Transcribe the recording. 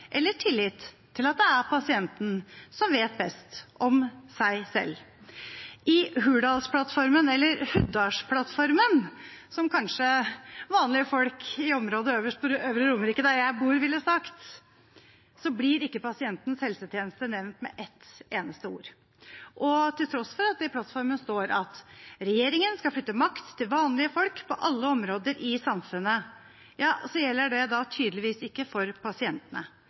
eller tillit til at det er pasienten som vet best om seg selv. I Hurdalsplattformen – eller Huddarnsplattformen, som vanlige folk i området øverst på Romerike, der jeg bor, kanskje ville sagt – blir ikke pasientens helsetjeneste nevnt med ett eneste ord. Til tross for at det i plattformen står at regjeringen skal «flytte makt til vanlige folk på alle områder i samfunnet», så gjelder det da tydeligvis ikke for pasientene.